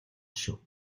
шүү